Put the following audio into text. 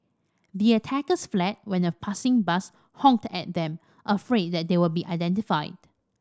the attackers fled when a passing bus honked at them afraid that they would be identified